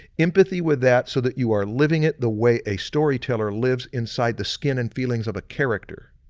empathy with that so that you are living it the way a storyteller lives inside the skin and feelings of a character.